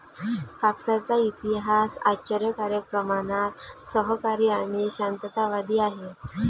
कापसाचा इतिहास आश्चर्यकारक प्रमाणात सहकारी आणि शांततावादी आहे